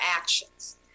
actions